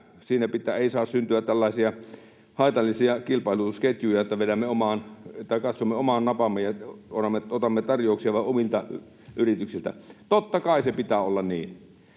siinä ei muka saa syntyä tällaisia haitallisia kilpailutusketjuja, että katsomme omaan napaamme ja otamme tarjouksia vain omilta yrityksiltä, mutta totta kai sen pitää olla niin.